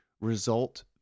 result